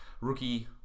rookie